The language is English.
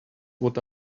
what